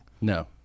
No